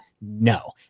No